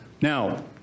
Now